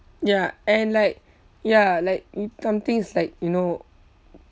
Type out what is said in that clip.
ya and like ya like y~ something is like you know